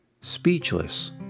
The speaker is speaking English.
Speechless